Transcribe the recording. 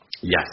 Yes